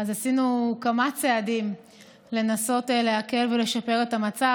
עשינו כמה צעדים לנסות להקל ולשפר את המצב,